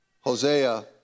Hosea